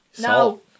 No